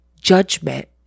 judgment